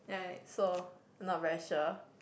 so I'm not very sure